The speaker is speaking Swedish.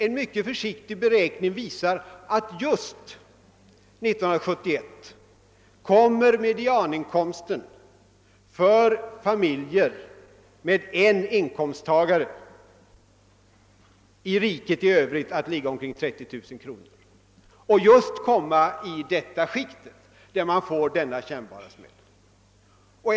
En mycket försiktig beräkning visar att 1971 kommer medianinkomsten i riket i övrigt för familjer med en inkomsttagare att ligga omkring 30 000 kronor, d.v.s. just i det skikt där det blir en kännbar smäll.